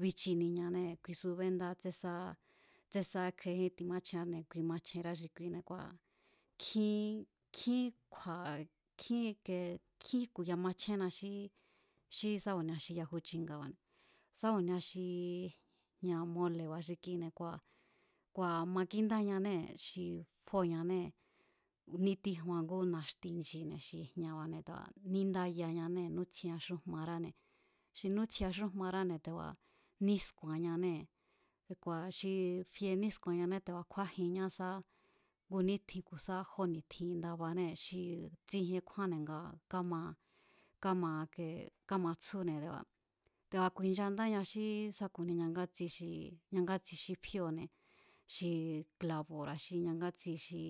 bichiniñanée̱ kuisú béndá tsé sá, tsé sá kje̱éjín timáchjenráne̱ kui machjerá xi kuine̱ kua̱ nkjín, nkjin kju̱a̱ kjín ike nkjín jku̱ya machjénna xí xi sa ku̱nia xi yaju chi̱nga̱ba̱ne̱ sá ku̱nia xi jña̱ mole̱ba̱ xi kine̱ kua̱ ku̱a̱ makíndañanée̱ xi fóo̱ñanée̱ nítíjuan ngú naxti nchi̱ne̱ xi jña̱ba̱ te̱a níndáyañanée̱ nútsjiea xújmaráne̱, xi nútsjiea xújmaráne̱ te̱a̱ nísku̱a̱nñanée̱ te̱ku̱a̱ xi fie nísku̱a̱nñané te̱ku̱a̱ kjúájinñá sá ngu nítjin ku̱ sá jó ni̱tjin ndabanée̱ xi tsijien kjúánne̱ nga káma káma i̱kee kámatsjúne̱ te̱a te̱a̱ ku̱i̱nchandáña xí sá ku̱ni ñangátsi xi ñangátsi xi fíóo̱ne̱ xi klabo̱ra̱ xi ñangátsi xi.